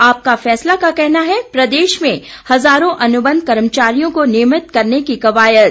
आपका फैसला का कहना है प्रदेश में हजारों अनुबंध कर्मचारियों को नियमित करने की कवायद